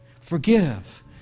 Forgive